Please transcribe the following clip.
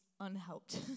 unhelped